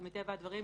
ומטבע הדברים,